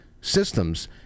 systems